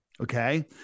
okay